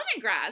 Lemongrass